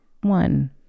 one